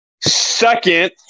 second